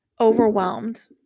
overwhelmed